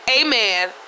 amen